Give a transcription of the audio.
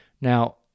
Now